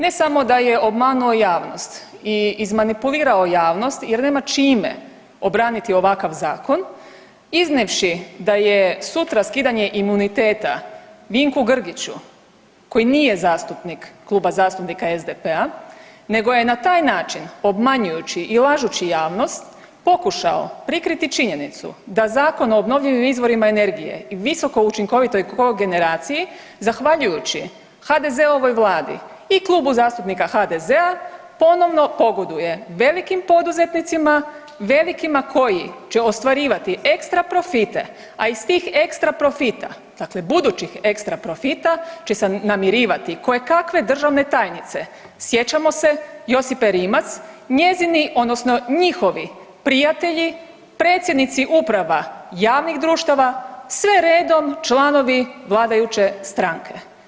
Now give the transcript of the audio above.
Ne samo da je obmanuo javnost i izmanipulirao javnost jer nema čime obraniti ovakav zakon iznijevši da je sutra skidanje imuniteta Vinku Grgiću koji nije zastupnik Kluba zastupnika SDP-a, nego je na taj način obmanjujući i lažući javnost pokušao prikriti činjenicu da Zakon o obnovljivim izvorima energije i visokoučinkovitoj kogeneraciji zahvaljujući HDZ-ovoj Vladi i Klubu zastupnika HDZ-a ponovo pogoduje velikim poduzetnicima, velikima koji će ostvarivati ekstra profite, a iz tih ekstra profita, dakle budućih ekstra profita će se namirivati kojekakve državne tajnice, sjećamo se Josipe Rimac, njezini odnosno njihovi prijatelji predsjednici uprava javnih društava, sve redom članovi vladajuće stranke.